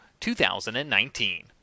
2019